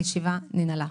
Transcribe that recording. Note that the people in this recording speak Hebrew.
הישיבה נעולה.